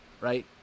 right